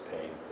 paying